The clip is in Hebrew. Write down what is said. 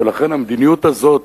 ולכן המדיניות הזאת